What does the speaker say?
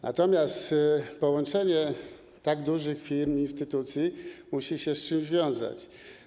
Natomiast połączenie tak dużych firm i instytucji musi się z czymś wiązać.